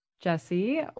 Jesse